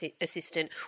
assistant